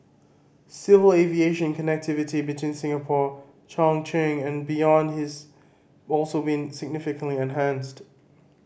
civil aviation connectivity between Singapore Chongqing and beyond has also been significantly enhanced